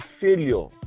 failure